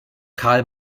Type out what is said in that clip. carl